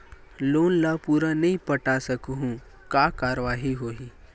Loan ला पूरा नई पटा सकहुं का कारवाही होही?